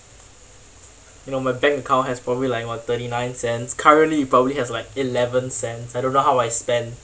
you know my bank account has probably like what thirty nine cents currently it probably has like eleven cents I don't know how I spend